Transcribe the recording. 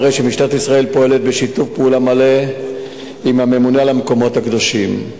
הרי שמשטרת ישראל פועלת בשיתוף פעולה מלא עם הממונה על המקומות הקדושים.